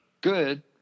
good